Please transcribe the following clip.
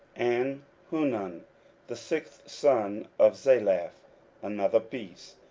and hanun the sixth son of zalaph, another piece.